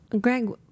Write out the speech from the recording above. Greg